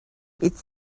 its